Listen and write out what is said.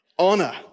Honor